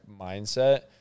mindset